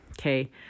okay